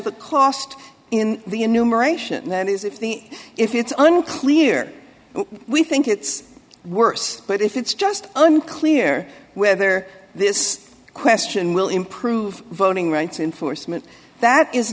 the cost in the enumeration that is if the if it's unclear we think it's worse but if it's just unclear whether this question will improve voting rights enforcement that is